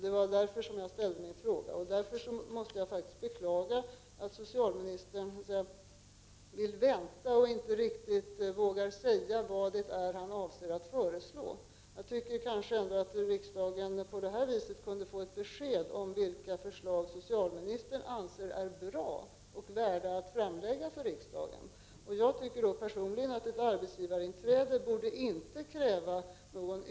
Det var därför jag ställde min fråga. Jag måste beklaga att socialministern vill vänta och inte riktigt vågar säga vad han avser att föreslå. Riksdagen borde faktiskt på det här sättet kunna få ett besked om vilka förslag socialministern anser är bra och värda att fram = Prot. 1989/90:34 läggas för riksdagen. 28 november 1989 Personligen tycker jag att ett arbetsgivarinträde inte borde kräva någon.